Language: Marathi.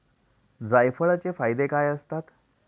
जायफळाचे फायदे काय असतात?